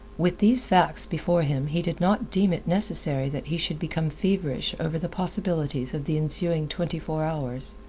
with these facts before him he did not deem it necessary that he should become feverish over the possibilities of the ensuing twenty-four hours.